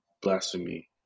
blasphemy